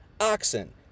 oxen